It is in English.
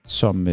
som